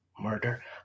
murder